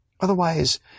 Otherwise